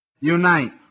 Unite